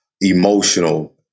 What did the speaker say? emotional